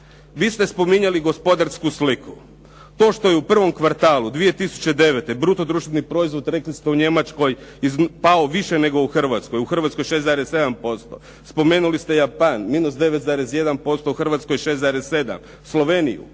Vi ste spominjali gospodarsku sliku. To što je u prvom kvartalu 2009. bruto društveni proizvod rekli ste u Njemačkoj pao više nego u Hrvatskoj, u Hrvatskoj 6,7%. Spomenuli ste Japan -9,1%, u Hrvatskoj 6,7. Sloveniju